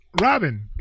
Robin